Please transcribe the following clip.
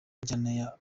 njyana